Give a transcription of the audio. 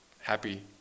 happy